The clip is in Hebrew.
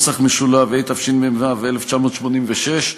התשמ"ו 1986,